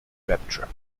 rapture